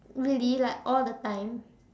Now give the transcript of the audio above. really like all the time